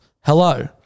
hello